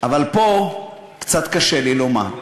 אבל פה קצת קשה לי לומר.